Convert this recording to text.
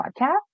podcast